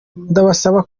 ndabasaba